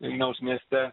vilniaus mieste